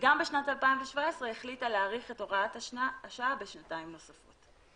וגם בשנת 2017 החליטה להאריך את הוראת השעה בשנתיים נוספות.